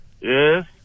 Yes